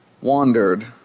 wandered